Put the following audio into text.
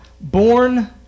born